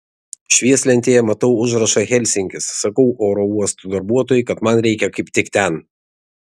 švieslentėje matau užrašą helsinkis sakau oro uosto darbuotojai kad man reikia kaip tik ten